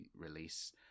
release